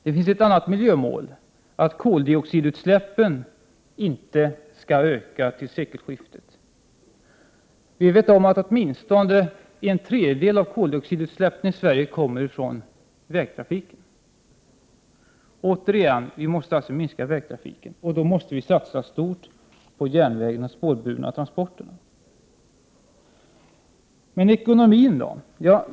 Det finns ett annat miljömål: att koldioxidutsläppen inte skall öka till sekelskiftet. Vi vet att åtminstone en tredjedel av koldioxidutsläppen i Sverige kommer från vägtrafiken. Återigen: vi måste alltså minska vägtrafiken, och då måste vi satsa stort på järnvägen och de spårburna transporterna. Men ekonomin då?